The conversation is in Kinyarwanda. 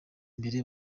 imbere